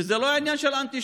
שזה לא עניין של אנטישמיות,